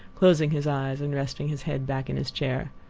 closing his eyes and resting his head back in his chair.